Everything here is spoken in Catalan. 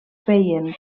feien